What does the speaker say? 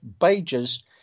pages